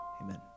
Amen